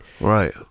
Right